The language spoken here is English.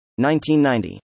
1990